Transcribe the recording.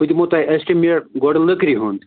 بہٕ دِمو تۄہہِ اٮ۪سٹِمیٹ گۄڈٕ لٔکرِ ہُنٛد